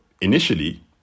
initially